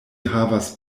havas